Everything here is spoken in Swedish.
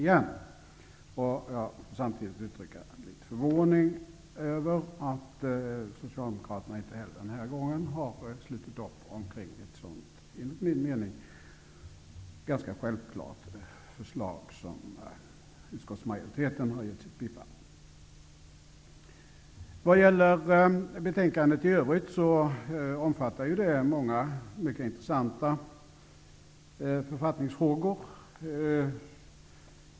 Jag vill samtidigt uttrycka min förvåning över att Socialdemokraterna inte heller den här gången slutit upp omkring ett enligt min mening ganska självklart förslag, som utskottsmajoriteten tillstyrkt. Betänkandet i övrigt omfattar många mycket intressanta författningsfrågor.